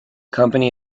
company